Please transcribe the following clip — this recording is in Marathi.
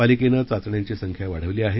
पालिकेनं चाचण्यांची संख्या वाढवली आहे